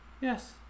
yes